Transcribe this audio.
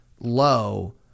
low